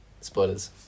spoilers